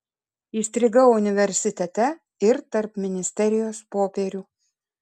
įstrigau universitete ir tarp ministerijos popierių